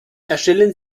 erstellen